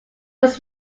was